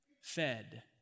fed